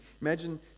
imagine